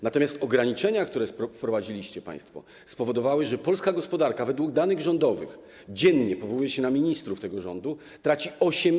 Natomiast ograniczenia, które wprowadziliście państwo, spowodowały, że polska gospodarka według danych rządowych dziennie - powołuję się na ministrów tego rządu - traci 8